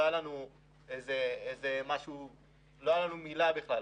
לא הייתה לנו בכלל מילה מולו.